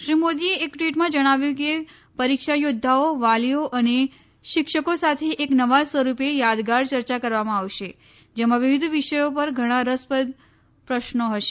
શ્રી મોદીએ એક ટ્વિટમાં જણાવ્યું કે પરીક્ષા યોદ્ધાઓ વાલીઓ અને શિક્ષકો સાથે એક નવા સ્વરૂપે યાદગાર ચર્ચા કરવામાં આવશે જેમાં વિવિધ વિષયો પર ઘણા રસપ્રદ પ્રશ્નો હશે